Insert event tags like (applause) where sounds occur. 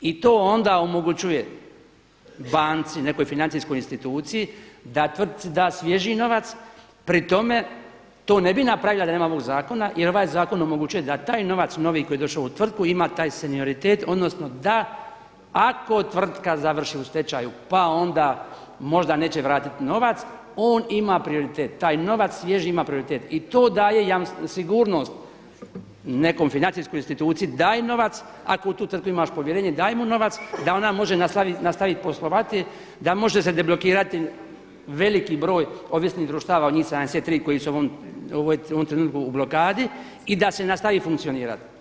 I to onda omogućujem banci, nekoj financijskoj instituciji da tvrtki da svježi novac, pri tome, to ne bi napravili da nema ovog zakona jer ovaj zakon omogućuje da taj novac novi koji je došao u tvrtku ima taj … odnosno da ako tvrtka završi u stečaju pa onda neće vratiti novac on ima prioritet, taj novac svježi ima prioritet i to daje sigurnost nekoj financijskoj instituciji daje novac ako … (unintelligible) povjerenje daj mu novac da ona može nastaviti poslovati, da moje se deblokirati veliki broj ovisnih društava njih 73 koji su u ovom trenutku u blokadi i da se nastavi funkcionirati.